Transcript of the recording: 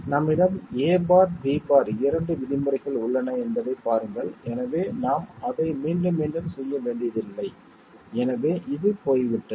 நம்மிடம் a' b' இரண்டு விதிமுறைகள் உள்ளன என்பதைப் பாருங்கள் எனவே நாம் அதை மீண்டும் மீண்டும் செய்ய வேண்டியதில்லை எனவே இது a' b' போய்விட்டது